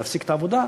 להפסיק את העבודה,